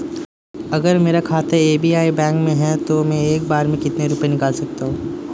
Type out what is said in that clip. अगर मेरा खाता एस.बी.आई बैंक में है तो मैं एक बार में कितने रुपए निकाल सकता हूँ?